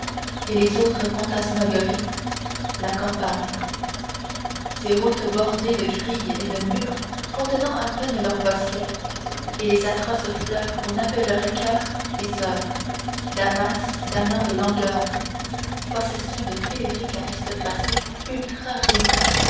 et les autres fantasmagories la campagne ces routes bordées de grilles et de murs contenant à peine leurs bosquets et les atroces fleurs qu'on appellerait coeurs et soeurs damas damnant de langueur possession de féeriques aristocraties